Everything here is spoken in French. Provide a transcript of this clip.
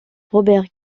robert